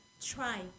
try